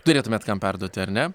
turėtumėt kam perduoti ar ne